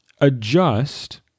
adjust